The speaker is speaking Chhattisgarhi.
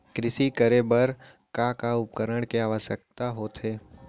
कृषि करे बर का का उपकरण के आवश्यकता होथे?